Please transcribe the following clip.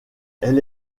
elle